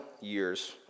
years